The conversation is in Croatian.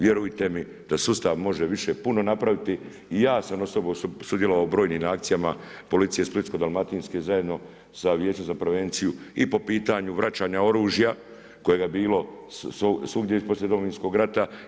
Vjerujte mi da sustav može više puno napraviti i ja sam osobno sudjelovalo u brojnim akcijama, policije Splitske dalmatinske, zajedno sa Vijećem za prevenciju i po pitanju vraćanja oružja, kojega je bilo svugdje poslije Domovinskog rata.